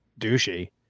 douchey